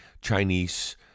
Chinese